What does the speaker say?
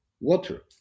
water